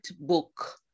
book